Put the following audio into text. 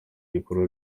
ibikorwa